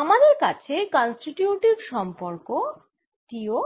আমাদের আছে কন্সটিটিউটিভ সম্পর্ক টিও